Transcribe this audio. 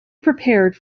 prepared